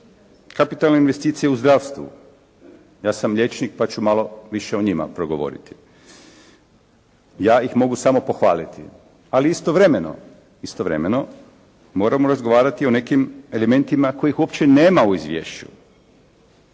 kapitalne investicije u zdravstvu, ja sam liječnik pa ću malo više o njima progovoriti. Ja ih mogu samo pohvaliti, ali istovremeno, istovremeno moramo razgovarati o nekim elementima kojih uopće nema u izvješću.